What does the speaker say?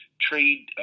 trade